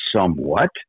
somewhat